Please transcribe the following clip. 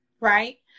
right